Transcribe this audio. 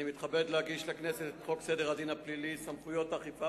אני מתכבד להציג לכנסת את הצעת חוק סדר הדין הפלילי (סמכויות אכיפה,